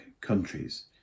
countries